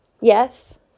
Yes